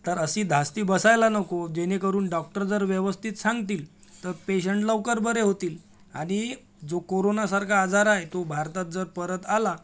तर अशी धास्ती बसायला नको जेणेकरून डॉक्टर जर व्यवस्थित सांगतील तर पेशंट लवकर बरे होतील आणि जो कोरोनासारखा आजार आहे तो भारतात जर परत आला